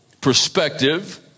perspective